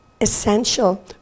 essential